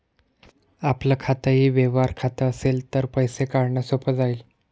आपलं खातंही व्यवहार खातं असेल तर पैसे काढणं सोपं जाईल